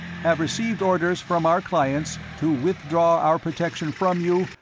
have received orders from our clients to withdraw our protection from you,